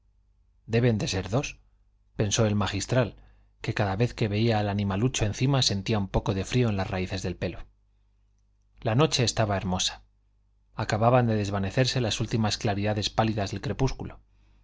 deben de ser dos pensó el magistral que cada vez que veía al animalucho encima sentía un poco de frío en las raíces del pelo la noche estaba hermosa acababan de desvanecerse las últimas claridades pálidas del crepúsculo